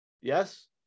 Yes